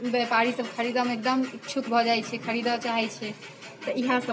व्यापारी सब खरीदैमे एकदम ईक्छुक भऽ जाइत छै खरीदै चाहैत छै तऽ इएह सब